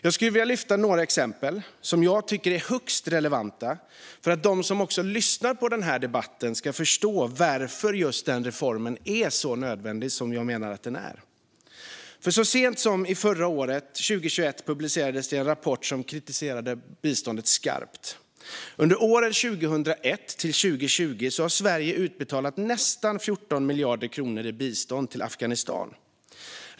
Jag skulle vilja ta upp några exempel som jag tycker är högst relevanta för att också de som lyssnar på denna debatt ska förstå varför just denna reform är så nödvändig som jag menar att den är. Så sent som förra året, 2021, publicerades en rapport som kritiserade biståndet skarpt. Mellan åren 2001 och 2020 har Sverige utbetalat nästan 14 miljarder kronor i bistånd till Afghanistan.